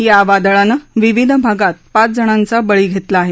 या वादळानं विविध भागात पाच जणांचा बळी घेतला आहे